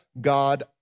God